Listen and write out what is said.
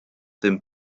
dem